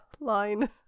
line